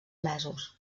mesos